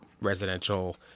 residential